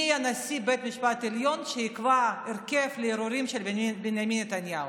מי יהיה נשיא בית המשפט העליון שיקבע הרכב לערעורים של בנימין נתניהו.